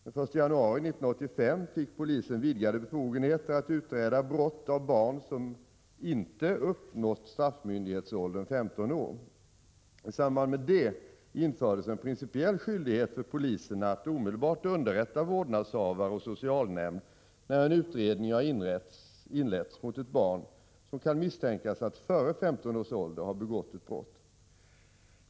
Den 1 januari 1985 fick polisen vidgade befogenheter att utreda brott av barn som inte uppnått straffmyndighetsåldern 15 år. I samband därmed infördes en principiell skyldighet för polisen att omedelbart underrätta vårdnadshavare och socialnämnd när en utredning har inletts mot ett barn som kan misstänkas att före 15 års ålder ha begått ett brott.